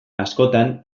askotan